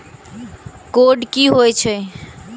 Code की होय छै?